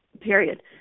period